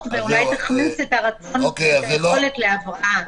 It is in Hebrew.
ואולי זה יחמיץ את הרצון ואת היכולת להבראה.